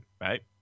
right